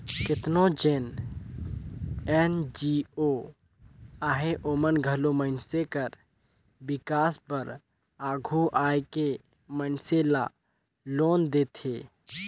केतनो जेन एन.जी.ओ अहें ओमन घलो मइनसे कर बिकास बर आघु आए के मइनसे ल लोन देथे